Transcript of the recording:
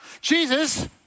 Jesus